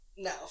No